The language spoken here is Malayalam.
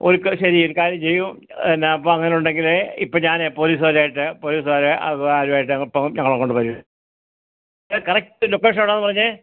ഒരു ക ശരി ഒരു കാര്യം ചെയ്യൂ എന്നാൽ അപ്പം അങ്ങനൊണ്ടെങ്കിലേ ഇപ്പം ഞാനെ പൊലീസുകാരെ അയച്ചേ പൊലീസുകാരെ കാരുവായിട്ട് ഇപ്പം ഞങ്ങളങ്ങോട്ട് വരും കറക്റ്റ് ലൊക്കേഷൻ എവടാന്ന് പറഞ്ഞേ